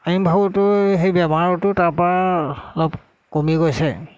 আইন ভাবতো সেই বেমাৰতো তাৰপৰা অলপ কমি গৈছে